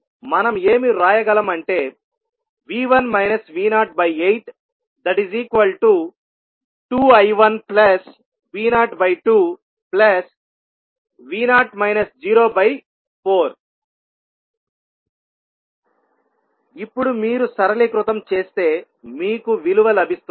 మనం ఏమి వ్రాయగలం అంటే V1 V082I1V02V0 04 ఇప్పుడు మీరు సరళీకృతం చేస్తే మీకు విలువ లభిస్తుంది